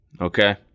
okay